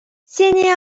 сени